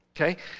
Okay